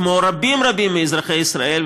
כמו רבים רבים מאזרחי ישראל,